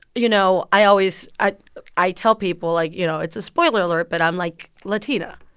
you know, i always i i tell people, like, you know it's a spoiler alert, but i'm, like, latina.